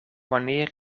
wanneer